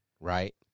right